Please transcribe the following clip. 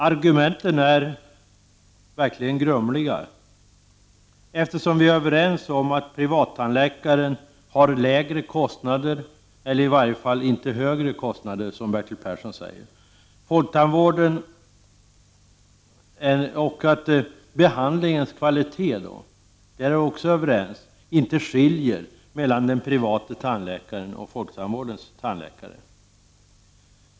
Argumenten är verkligen grumliga, eftersom vi är överens om att privattandläkaren har lägre kostnader — eller i varje fall inte högre kostnader, som Bertil Persson säger — än folktandvården och att det inte är någon skillnad på behandlingens kvalitet hos den private tandläkaren och hos folktandvårdens tandläkare.